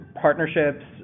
partnerships